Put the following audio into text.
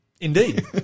Indeed